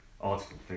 article